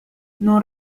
non